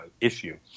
issue